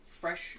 fresh